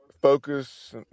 focus